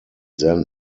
then